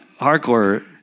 hardcore